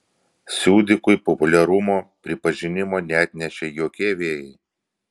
siudikui populiarumo pripažinimo neatnešė jokie vėjai